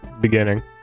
beginning